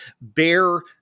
Bear